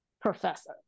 professor